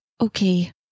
okay